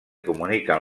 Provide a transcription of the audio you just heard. comuniquen